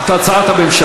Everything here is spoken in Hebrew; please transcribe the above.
את הצעת הממשלה.